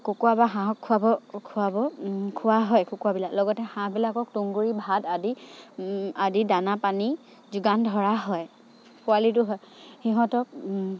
কুকুৰা বা হাঁহক খোৱাব খোৱাব খোৱা হয় কুকুৰাবিলাকক লগতে হাঁহবিলাকক তুঁহগুড়ি ভাত আদি দানা পানী যোগান ধৰা হয় পোৱালীটো হয় সিহঁতক